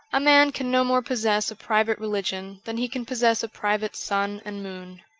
a man can no more possess a private religion than he can possess a private sun and moon.